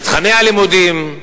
בתוכני הלימודים,